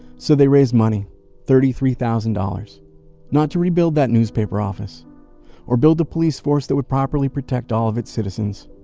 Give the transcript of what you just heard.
so they raised money thirty three thousand dollars not to rebuild that newspaper office or build the police force that would properly protect all of its citizens,